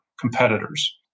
competitors